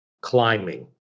climbing